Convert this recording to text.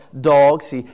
dogs